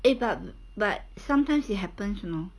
eh but but sometimes it happens you know